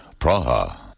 Praha